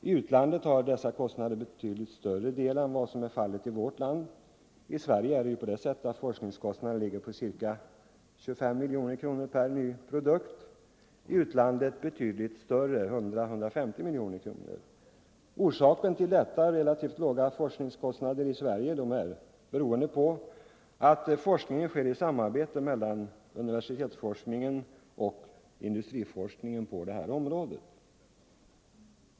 I utlandet har dessa kostnader en betydligt större del än vad som är fallet i vårt land — i Sverige ligger forskningskostnaderna på ca 25 miljoner kronor per produkt, men i utlandet är kostnaderna betydligt större, 100-150 miljoner kronor. Orsaken till de relativt låga forskningskostnaderna i Sverige är att forskningen på detta område bedrivs i samarbete mellan universiteten och industrierna.